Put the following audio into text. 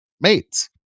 mates